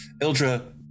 Ildra